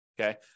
Okay